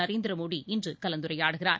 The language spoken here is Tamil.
நரேந்திரமோடி இன்றுகலந்துரையாடுகிறார்